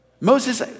Moses